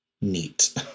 neat